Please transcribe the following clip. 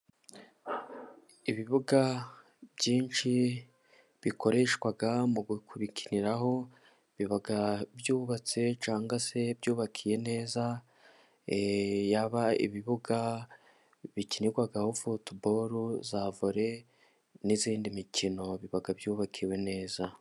Ibibuga byinshi, bikoreshwa mu kubikiniraho biba byubatse cyangwa se byubakiye neza, yaba ibibuga bikinirwaho futu boro za vore n'iyindi mikino, ibiba byubakiye neza.